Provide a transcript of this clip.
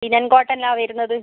linen കോട്ടണിൽ ആണ് വരുന്നത്